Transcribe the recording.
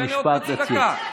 תן לי עוד חצי דקה.